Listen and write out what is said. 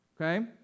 okay